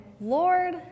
Lord